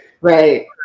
Right